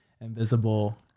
invisible